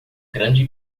grande